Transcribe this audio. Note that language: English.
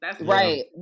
Right